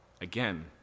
Again